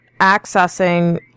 accessing